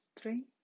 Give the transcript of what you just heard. three